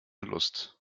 lust